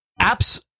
apps